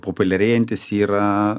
populiarėjantis yra